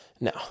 No